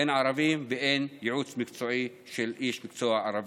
אין ערבים ואין ייעוץ מקצועי של איש מקצוע ערבי.